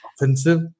offensive